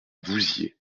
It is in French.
vouziers